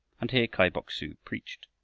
and here kai bok-su preached.